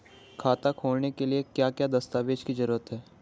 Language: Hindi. खाता खोलने के लिए क्या क्या दस्तावेज़ की जरूरत है?